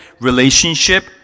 relationship